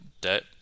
debt